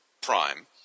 Prime